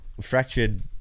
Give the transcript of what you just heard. fractured